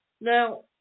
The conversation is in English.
Now